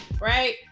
Right